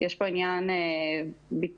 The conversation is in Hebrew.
יש פה עניין ביצועי,